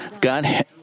God